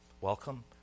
welcome